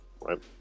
right